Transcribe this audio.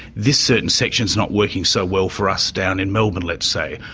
this certain section's not working so well for us down in melbourne', let's say.